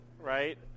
right